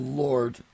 lord